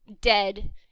dead